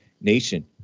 nation